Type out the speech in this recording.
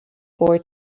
four